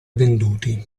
venduti